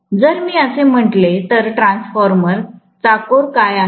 तर जर मी असे म्हटले तर ट्रान्सफॉर्मर चाकोर काय आहे